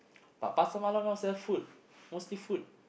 but Pasar Malam now sell food mostly food